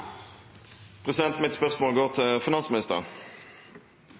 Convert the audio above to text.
Mitt spørsmål går til finansministeren.